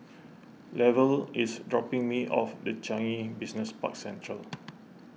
Lavelle is dropping me off the Changi Business Park Central